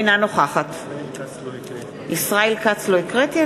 אינה נוכחת ישראל כץ לא הקראת.